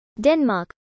Denmark